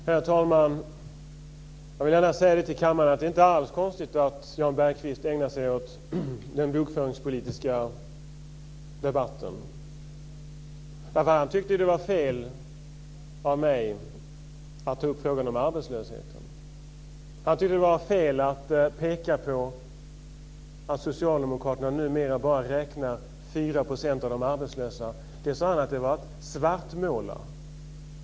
Fru talman! Jag vill gärna säga till kammaren att det inte alls är konstigt att Jan Bergqvist ägnar sig åt den bokföringspolitiska debatten. Han tyckte ju att det var fel av mig att ta upp frågan om arbetslösheten. Han tyckte att det var fel att peka på vad Socialdemokraterna numera bara räknar som 4 % arbetslösa och sade att det var att svartmåla.